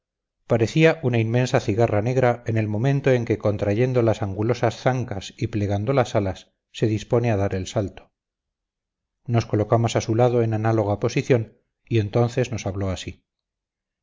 parecía una inmensa cigarra negra en el momento en que contrayendo las angulosas zancas y plegando las alas se dispone a dar el salto nos colocamos a su lado en análoga posición y entonces nos habló así